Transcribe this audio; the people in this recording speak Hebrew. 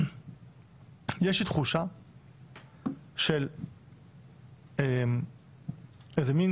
יש לי תחושה של איזה מין